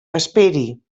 esperi